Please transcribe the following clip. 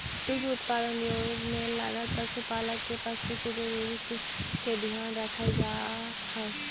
दुग्ध उत्पादन उद्योग में लगल पशुपालक के पशु के जरूरी के ध्यान रखल जा हई